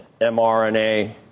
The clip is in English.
mRNA